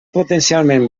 potencialment